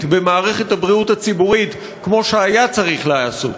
במערכת הבריאות הציבורית כמו שהיה צריך להיעשות.